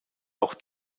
auch